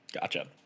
Gotcha